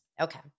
Okay